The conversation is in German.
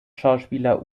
schauspieler